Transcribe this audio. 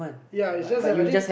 ya is just that I didn't